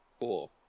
Cool